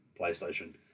PlayStation